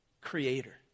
Creator